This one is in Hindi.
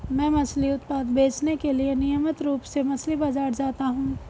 मैं मछली उत्पाद बेचने के लिए नियमित रूप से मछली बाजार जाता हूं